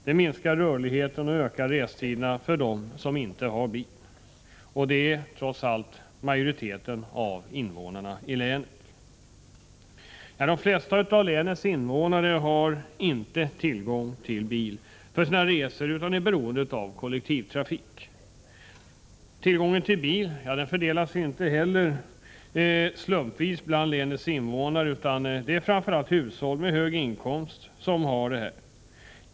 Därmed minskas rörligheten och ökar restiderna för dem som inte har bil. Och det är trots allt majoriteten av invånarna i länet. De flesta av länets invånare har inte tillgång till bil för sina resor utan är beroende av kollektivtrafik. Tillgången till bil fördelas inte heller slumpvis bland länets invånare, utan det är framför allt hushåll med hög inkomst som har bil.